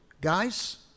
guys